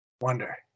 wonder